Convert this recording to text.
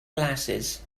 glasses